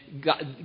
God